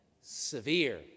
severe